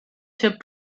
chip